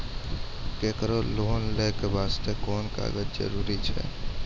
केकरो लोन लै के बास्ते कुन कागज जरूरी छै?